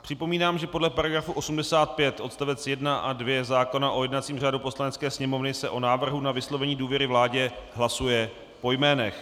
Připomínám, že podle § 85 odst. 1 a 2 zákona o jednacím řádu Poslanecké sněmovny se o návrhu na vyslovení důvěry vládě hlasuje po jménech.